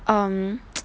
um